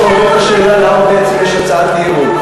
מה שמעורר את השאלה למה בעצם יש הצעת אי-אמון.